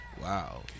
wow